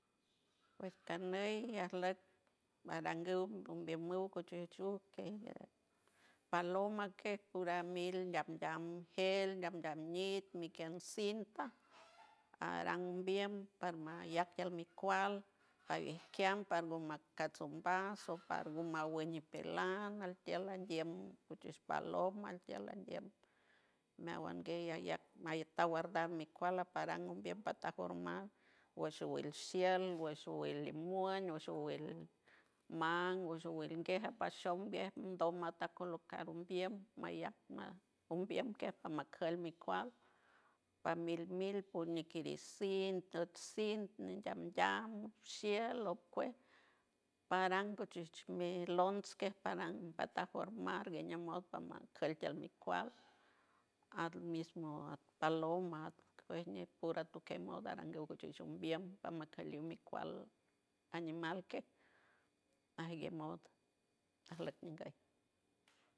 Pues ganey asloc marangu umbiamum cuchuchuw que paloma que guramil ndam, ndam gel, ndam mit niquien cinta aram mbiem par mayac tiel mi cual pasliquiam pardo mayucatmbas sopawer sopagur maweñ napilan tiel andiem guchus paloma altiel andiem miawuan anguey ayac mait ta guardan mi cual aparan umbiem ta formado wesh wuel shiel wuesh wuel limuen wesh wuel man, wuesh wuel ngue apashow mbiem do ma ta colocado umbiem mayac ma umbiem que paca macal mi cual pa mil mil pot niet mi cint let cint ndam, ndam shiel lo cue paran guchis mi lons que paran pa ta formad gueña modo pama til mi cual at mismo paloma at cue ñe por to que moda aranguw tiel shimbiem paca miel pamaquel to mi cual animal que asgue mod aslec.